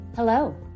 Hello